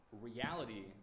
reality